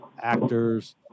actors